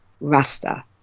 Rasta